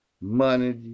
money